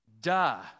Duh